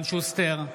שוסטר,